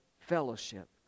fellowship